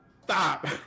stop